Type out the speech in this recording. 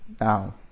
now